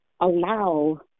allow